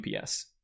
UPS